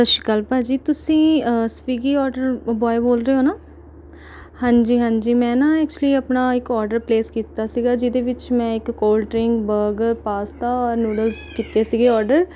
ਸਤਿ ਸ਼੍ਰੀ ਅਕਾਲ ਭਾਅ ਜੀ ਤੁਸੀਂ ਸਵੀਗੀ ਓਰਡਰ ਬੁਆਏ ਬੋਲ ਰਹੇ ਹੋ ਨਾ ਹਾਂਜੀ ਹਾਂਜੀ ਮੈਂ ਨਾ ਐਕਚੂਲੀ ਆਪਣਾ ਇੱਕ ਓਰਡਰ ਪਲੇਸ ਕੀਤਾ ਸੀਗਾ ਜਿਹਦੇ ਵਿੱਚ ਮੈਂ ਇੱਕ ਕੋਲਡ ਡਰਿੰਕ ਬਰਗਰ ਪਾਸਤਾ ਔਰ ਨਿਊਡਲਸ ਕੀਤੇ ਸੀਗੇ ਓਰਡਰ